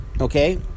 Okay